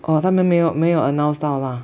哦他们没有没有 announce 到啦